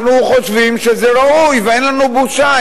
אנחנו חושבים שזה ראוי, ואין לנו בושה.